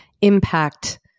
impact